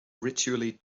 ritually